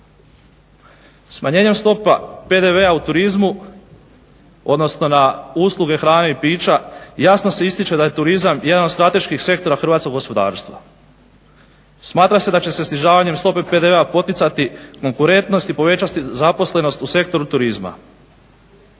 Smanjenjem stopa PDV-a u turizmu, odnosno na usluge hrane i pića jasno se ističe da je turizam jedan od strateških sektora hrvatskog gospodarstva. Smatra se da će se snižavanjem stope PDV-a poticati konkurentnost i povećati zaposlenost u sektoru turizma.